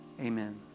amen